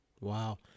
Wow